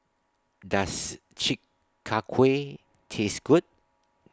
Does Chi Kak Kuih Taste Good